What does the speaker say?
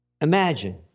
Imagine